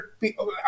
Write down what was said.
people